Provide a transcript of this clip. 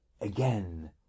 again